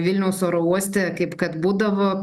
vilniaus oro uoste kaip kad būdavo